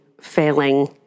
failing